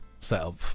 setup